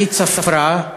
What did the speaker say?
היא צפרה,